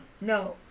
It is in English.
No